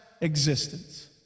existence